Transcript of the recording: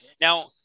Now